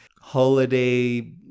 holiday